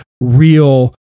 real